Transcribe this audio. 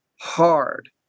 hard